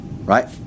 right